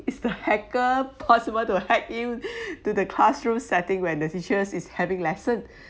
is the hacker possible to hack you to the classroom setting where the teachers is having lesson